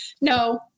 No